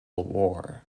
war